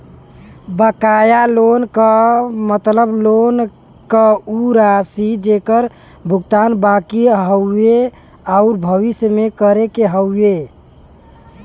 बकाया लोन क मतलब लोन क उ राशि जेकर भुगतान बाकि हउवे आउर भविष्य में करे क हउवे